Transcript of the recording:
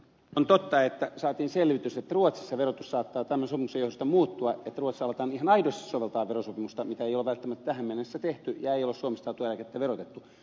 on totta että saatiin selvitys että ruotsissa verotus saattaa tämän sopimuksen johdosta muuttua että ruotsissa aletaan ihan aidosti soveltaa verosopimusta mitä ei ole välttämättä tähän mennessä tehty ja ei ole suomesta saatua eläkettä verotettu